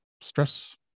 stress